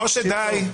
משה, דיי.